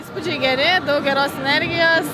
įspūdžiai geri daug geros energijos